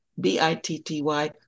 B-I-T-T-Y